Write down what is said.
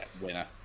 Winner